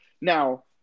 Now